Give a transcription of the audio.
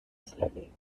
slowly